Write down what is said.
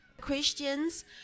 Christians